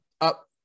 up